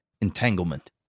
entanglement